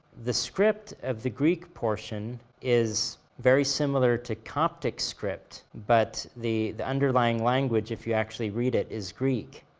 the script of the greek portion is very similar to coptic script, but the the underlying language if you actually read it is greek.